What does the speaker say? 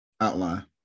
outline